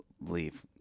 leave